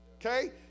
Okay